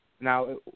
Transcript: Now